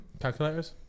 Calculators